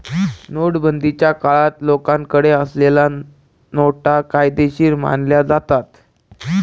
नोटाबंदीच्या काळात लोकांकडे असलेल्या नोटा बेकायदेशीर मानल्या जातात